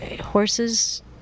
horses